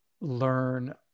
learn